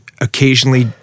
occasionally